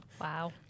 Wow